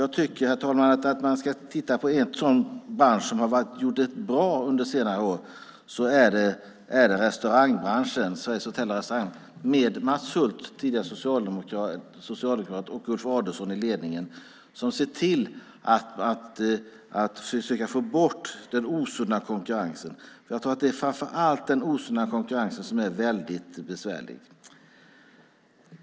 Jag tycker, herr talman, att ska man titta på en sådan bransch som har gjort ett bra jobb under senare år ska man titta på restaurangbranschen och Sveriges Hotell och Restaurangföretagare med Mats Hulth, socialdemokrat, och Ulf Adelsohn i ledningen, som ser till att försöka få bort den osunda konkurrensen. Jag tror att det är framför allt den osunda konkurrensen som är besvärlig.